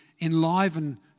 enliven